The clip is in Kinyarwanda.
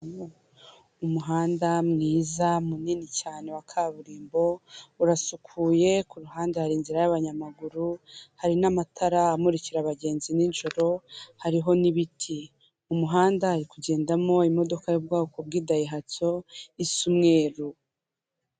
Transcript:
Umuhanda mwiza munini cyane wa kaburimbo urasukuye ku ruhande hari inzira y'abanyamaguru, hari n'amatara amuririka abagenzi nijoro hariho n'ibiti, mu muhanda hari kugendamo imodoka y'ubwoko bw'indayihatso isa umweru.